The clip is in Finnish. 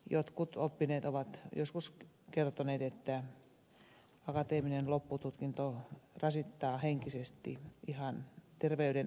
jotkut oppineet ovat joskus kertoneet että akateeminen loppututkinto rasittaa henkisesti ihan terveyden äärirajoihin saakka